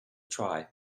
try